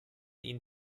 ihn